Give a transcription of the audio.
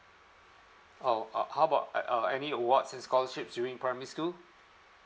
oh uh how about at uh any award and scholarship during primary school